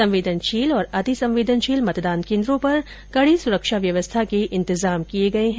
संवेदनशील और अतिसंवेदनशील मतदान कोन्द्रों पर कड़ी सुरक्षा व्यवस्था के इंतजाम किये गये हैं